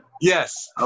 Yes